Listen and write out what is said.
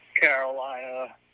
Carolina